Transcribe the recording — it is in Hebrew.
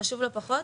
וחשוב לא פחות,